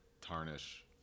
tarnish